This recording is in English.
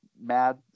mad